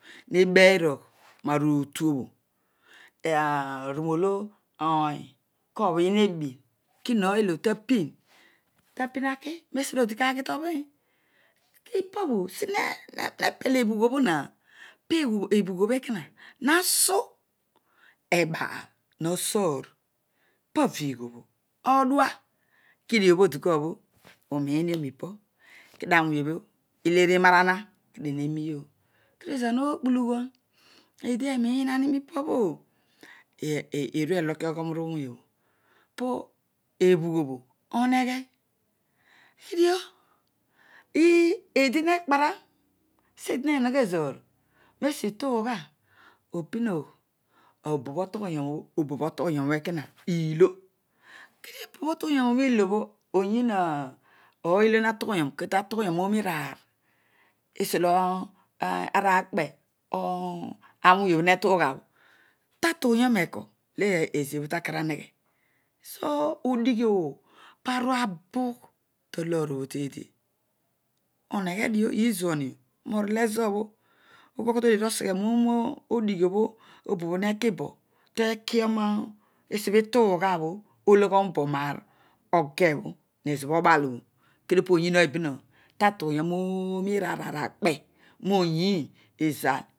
Nebeerogh arutuobho aruroolo ohy kobhin hebi kiaray olo tabin tabin ai tesiobo odi taki tobtiin kipabho sine pel ebulgh bho ha pe bhughobho ha hasu ebaal ina so̱o̱r paul obho odua kedio obho dikun obho uroiin dio mipa kedio aooony obho lhe inaraha kedio heroiyogh kedio ezooy hokpulughuan eedi eroinahi mika bho eru elokioghoop ruisony obho to ebughobho ohoghe kedio ii edi he kparan seedi we hogho ezoer roesi itukgha opmogh obobho otughumu obho obobho tughu yom obu ekona iilo ohyi ooy olo natughu yoyen kita tughyoon oormiraar tosiolo aranakpe tawory obho wotughuyoro ughabho tatughuyom wesiobho ta kaan areghe? So odighiobho aruabugh taloorobho feefi oheghedeo, iizuandio norol ezobho ughool kua tolee osegha nooroofighi obho obhbho hekibo tekioroa esiobho ituughabo ologhoro ho roaar obho oge obho he siobho abaal obho kedio poyii ooy behaah tatughuyom rooopiraaraiakpe ruoyii izal.